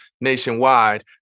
nationwide